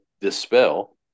dispel